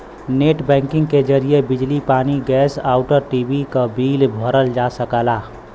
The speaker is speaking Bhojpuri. नेट बैंकिंग के जरिए बिजली पानी गैस आउर टी.वी क बिल भरल जा सकला